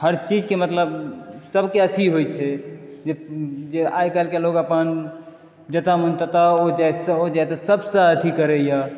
हर चीज के मतलब सब के अथी होइ छै जे आइ काल्हिके लोग अपन जतऽ मोन ततऽ ओ जाइत सॅं ओ जाइत सॅं सबसे अथी करैया